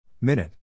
Minute